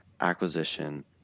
acquisition